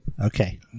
Okay